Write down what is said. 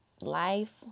Life